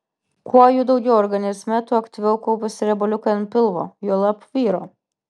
kuo jų daugiau organizme tuo aktyviau kaupiasi riebaliukai ant pilvo juolab vyro